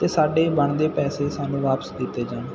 ਅਤੇ ਸਾਡੇ ਬਣਦੇ ਪੈਸੇ ਸਾਨੂੰ ਵਾਪਸ ਦਿੱਤੇ ਜਾਣ